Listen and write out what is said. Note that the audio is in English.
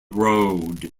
road